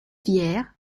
vierre